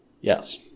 Yes